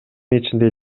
ичинде